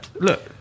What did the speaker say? look